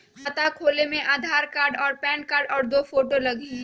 खाता खोले में आधार कार्ड और पेन कार्ड और दो फोटो लगहई?